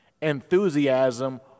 enthusiasm